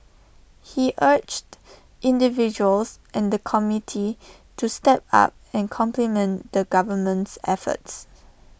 he urged individuals and the community to step up and complement the government's efforts